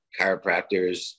chiropractors